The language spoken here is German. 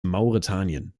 mauretanien